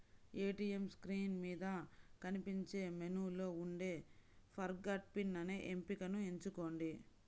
ATM screen మీద కనిపించే మెనూలో ఉండే ఫర్గాట్ పిన్ అనే ఎంపికను ఎంచుకోండి